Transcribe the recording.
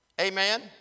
amen